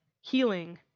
Healing